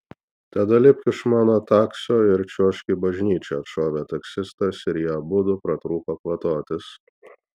tada lipk iš mano taksio ir čiuožk į bažnyčią atšovė taksistas ir jie abudu pratrūko kvatotis